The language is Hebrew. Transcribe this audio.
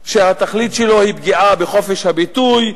חוק שהתכלית שלו היא פגיעה בחופש הביטוי,